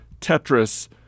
Tetris